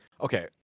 okay